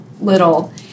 little